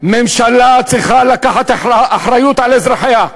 ממשלה צריכה לקחת אחריות על אזרחיה.